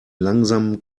langsamen